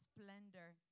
splendor